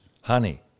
Honey